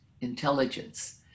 intelligence